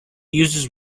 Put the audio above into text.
uses